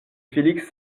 félix